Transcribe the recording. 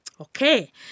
Okay